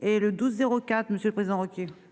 Et le 12 04. Monsieur le Président requis.